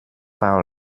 war